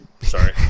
Sorry